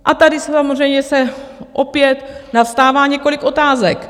A tady samozřejmě opět nastává několik otázek.